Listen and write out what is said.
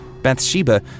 Bathsheba